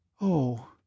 Oh